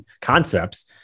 concepts